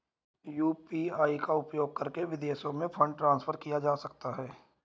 UPI का उपयोग करके विदेशों में फंड ट्रांसफर किया जा सकता है?